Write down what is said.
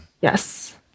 Yes